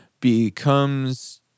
becomes